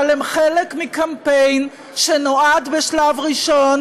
אבל הם חלק מקמפיין שנועד בשלב הראשון